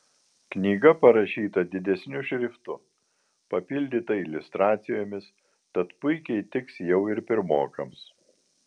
knyga parašyta didesniu šriftu papildyta iliustracijomis tad puikiai tiks jau ir pirmokams